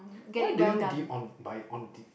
why do you do you on by on the